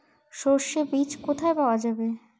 সর্ষে বিজ কোথায় পাওয়া যাবে?